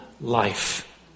life